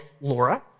Laura